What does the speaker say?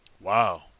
Wow